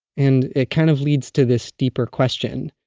and it kind of leads to this deeper question.